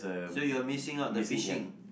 so you're missing out the fishing